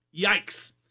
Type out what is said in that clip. Yikes